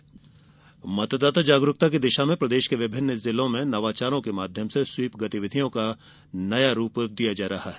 मतदान जागरूकता मतदाता जागरूकता की दिशा में प्रदेश के विभिन्न जिलों नवाचारों के माध्यम से स्वीप गतिविधियों को नया रूप दिया जा रहा है